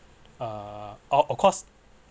uh oh of course